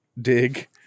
dig